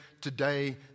today